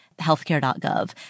healthcare.gov